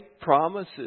Promises